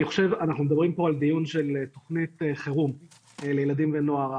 אנחנו מדברים פה על דיון של תוכנית חירום לילדים ונוער.